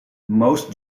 most